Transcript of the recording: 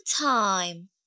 time